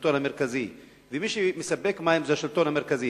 השלטון המרכזי ומי שמספק מים זה השלטון המרכזי.